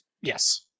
Yes